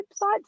websites